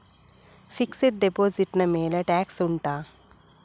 fixed deposit ನ ಮೇಲೆ tax ಉಂಟಾ